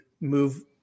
move